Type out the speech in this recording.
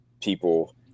people